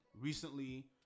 Recently